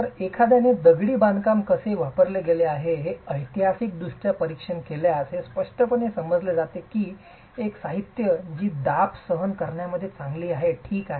तर एखाद्याने दगडी बांधकाम कसे वापरले गेले आहे हे ऐतिहासिकदृष्ट्या परीक्षण केले असल्यास हे स्पष्टपणे समजले जाते की एक साहित्य जी दाब सहन करण्यामध्ये चांगली आहे ठीक आहे